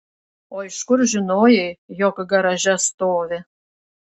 o iš kur žinojai jog garaže stovi